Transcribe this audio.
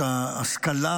את ההשכלה